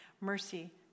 mercy